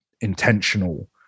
intentional